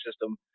system